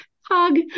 Hug